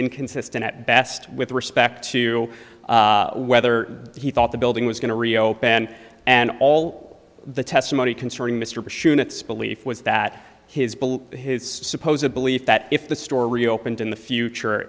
inconsistent at best with respect to whether he thought the building was going to reopen and all the testimony concerning mr bush units belief was that his bill suppose a belief that if the store reopened in the future